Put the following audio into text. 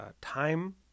time